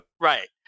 Right